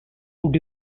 would